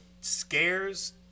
scares